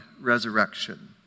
resurrection